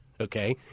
Okay